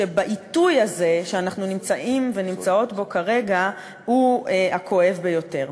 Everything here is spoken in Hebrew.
שבעיתוי הזה שאנחנו נמצאים ונמצאות בו כרגע הוא הכואב ביותר.